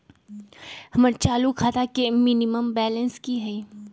हमर चालू खाता के मिनिमम बैलेंस कि हई?